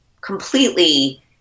completely